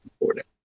important